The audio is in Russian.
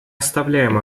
оставляем